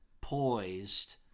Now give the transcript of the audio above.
poised